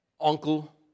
Uncle